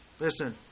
Listen